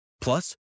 Plus